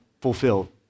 fulfilled